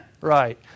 Right